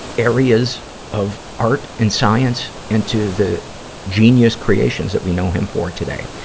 areas of art and science into the genius creations that we know him for today.